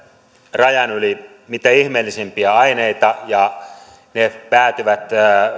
rajan yli mitä ihmeellisimpiä aineita ja ne päätyvät